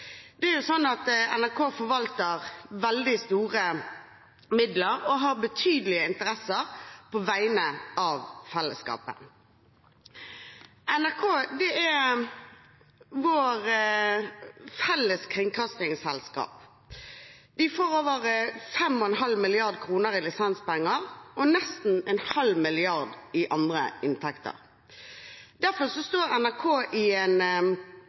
NRK forvalter veldig store midler og har betydelige interesser på vegne av fellesskapet. NRK er vårt felles kringkastingsselskap. De får over 5,5 mrd. kr i lisenspenger og nesten 0,5 mrd. kr i andre inntekter. Derfor står NRK i